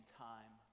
time